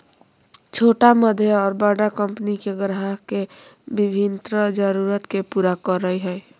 छोटा मध्य और बड़ा कंपनि के ग्राहक के विभिन्न जरूरत के पूरा करय हइ